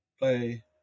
play